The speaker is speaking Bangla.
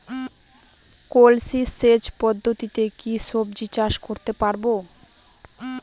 কলসি সেচ পদ্ধতিতে কি সবজি চাষ করতে পারব?